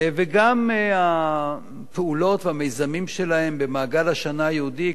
וגם הפעולות והמיזמים שלהם במעגל השנה היהודי,